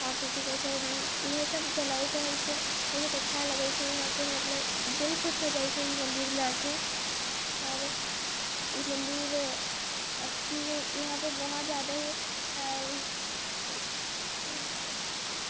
आब कि कहै छै इएहसब जलबैत रहै छिए बहुत अच्छा लगै छै इहाँपर मतलब दिल खुश हो जाइ छै ई मन्दिरमे आके आओर ई मन्दिर आब कि इहाँपर बहुत ज्यादे इहाँपर